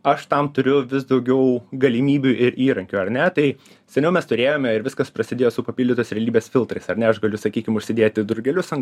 aš tam turiu vis daugiau galimybių ir įrankių ar ne tai seniau mes turėjome ir viskas prasidėjo su papildytos realybės filtrais ar ne aš galiu sakykim užsidėti drugelius ant